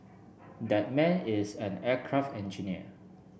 that man is an aircraft engineer